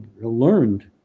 learned